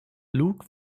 luke